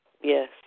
Yes